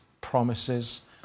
promises